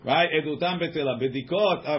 Right